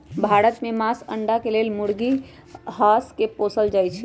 भारत में मास, अण्डा के लेल मुर्गी, हास के पोसल जाइ छइ